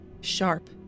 sharp